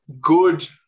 good